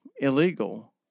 illegal